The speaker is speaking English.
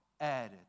added